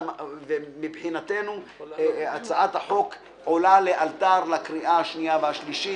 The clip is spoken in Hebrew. מבחינתנו הצעת החוק עולה לאלתר לקריאה השנייה והשלישית,